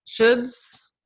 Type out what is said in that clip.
shoulds